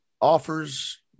offers